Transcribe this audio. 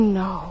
no